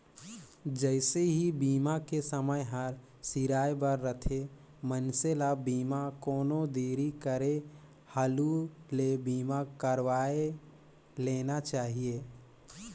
जइसे ही बीमा के समय हर सिराए बर रथे, मइनसे ल बीमा कोनो देरी करे हालू ले बीमा करवाये लेना चाहिए